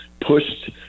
pushed